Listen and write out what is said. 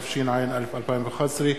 התשע"א 2011,